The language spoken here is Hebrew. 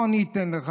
בוא אני אתן לך,